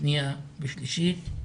שנייה ושלישית.